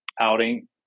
outing